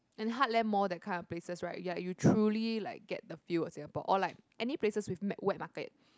and Heartland Mall that kind of places right you're you truly like the feel of Singapore or like any places with me~ wet market